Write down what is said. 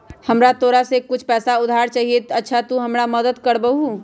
हमरा तोरा से कुछ पैसा उधार चहिए, अच्छा तूम हमरा मदद कर मूह?